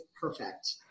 perfect